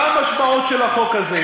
מה המשמעות של החוק הזה?